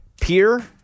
peer